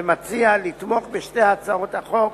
ומציע, לתמוך בשתי הצעות החוק,